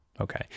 Okay